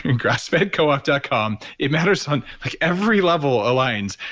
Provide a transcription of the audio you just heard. and grassfedcoop ah dot com. it matters on like every level aligns.